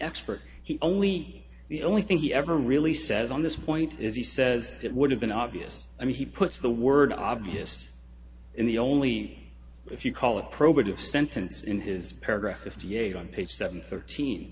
expert he only the only thing he ever really says on this point is he says it would have been obvious i mean he puts the word obvious in the only if you call it probative sentence in his paragraph fifty eight on page seven thirteen